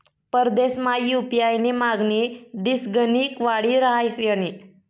परदेसमा यु.पी.आय नी मागणी दिसगणिक वाडी रहायनी